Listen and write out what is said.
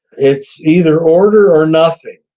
it's either order or nothing